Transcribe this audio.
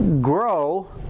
grow